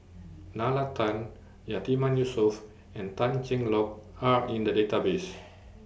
Nalla Tan Yatiman Yusof and Tan Cheng Lock Are in The Database